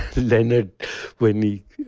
leonard when he.